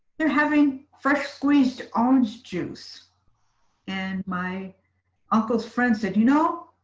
they're having fresh squeezed orange juice and my uncles friends said, you know,